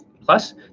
plus